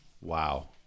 Wow